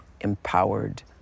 empowered